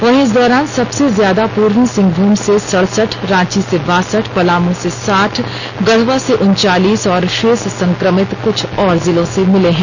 वहीं इस दौरान सबसे ज्यादा पूर्वी सिंहभूम से सड़सठ रांची से बासठ पलामू से साठ गढ़वा से उनचालीस और शेष संक्रमित कुछ और जिलों से मिले हैं